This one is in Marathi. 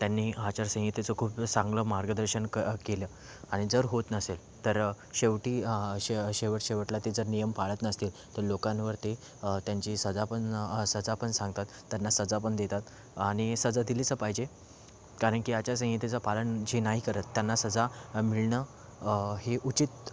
त्यांनी आचारसंहितेचं खूप चांगलं मार्गदर्शन क केलं आणि जर होत नसेल तर शेवटी शे शेवट शेवटला ते जर नियम पाळत नसतील तर लोकांवर ते त्यांची सजा पण सजा पण सांगतात त्यांना सजा पण देतात आणि सजा दिलीच पाहिजे कारण की आचारसंहितेचं पालन जे नाही करत त्यांना सजा मिळणं हे उचित